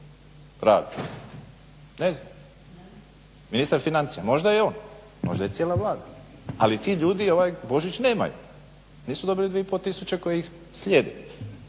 rada? Ne znam. Ministar financija? Možda je on, možda je i cijela Vlada. Ali ti ljudi ovaj Božić nemaju, nisu dobili 2500 tisuće koje ih slijede.